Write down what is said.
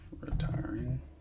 retiring